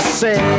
say